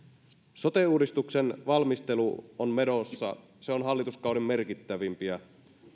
sote uudistuksen valmistelu on menossa se on hallituskauden merkittävimpiä